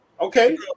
Okay